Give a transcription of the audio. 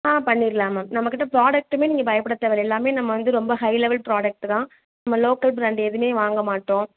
ஆ பண்ணிடலாம் நம்மக்கிட்ட ப்ராடக்ட்டுமே நீங்கள் பயப்பட தேவையில்ல எல்லாமே நம்ம வந்து ரொம்ப ஹை லெவல் ப்ராடக்ட்டு தான் நம்ம லோக்கல் ப்ராண்ட் எதுவுமே வாங்க மாட்டோம்